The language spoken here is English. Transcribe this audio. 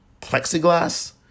plexiglass